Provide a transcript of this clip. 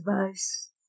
advice